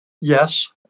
Yes